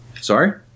sorry